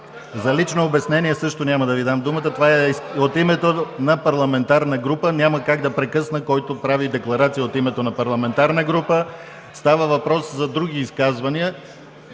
За лично обяснение също няма да Ви дам думата. Това е от името на парламентарна група. Няма как да прекъсна, който прави декларация от името на парламентарна група. (Реплики от „БСП за